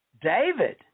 David